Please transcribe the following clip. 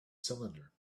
cylinder